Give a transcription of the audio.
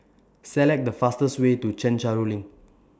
Select The fastest Way to Chencharu LINK